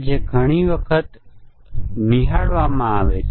ત્યાં જીવંત મ્યુટન્ટ છે